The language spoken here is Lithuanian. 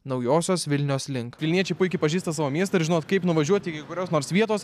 naujosios vilnios link vilniečiai puikiai pažįsta savo miestą ir žinot kaip nuvažiuoti iki kurios nors vietos